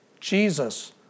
Jesus